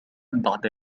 بعد